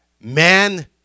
Man